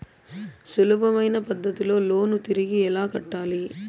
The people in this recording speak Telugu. సులభమైన పద్ధతిలో లోను తిరిగి ఎలా కట్టాలి